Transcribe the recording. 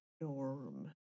norm